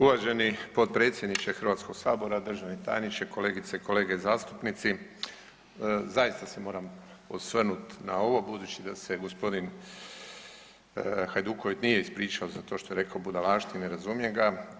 Uvaženi potpredsjedniče Hrvatskog sabora, državni tajniče, kolegice i kolege zastupnici zaista se moram osvrnuti na ovo budući da se gospodin Hajduković nije ispričao za to što je rekao budalaštine, razumijem ga.